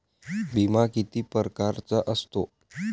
बिमा किती परकारचा असतो?